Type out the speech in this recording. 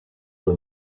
for